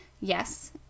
Yes